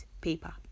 paper